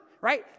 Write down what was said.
right